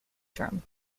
term